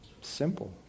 Simple